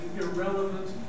irrelevant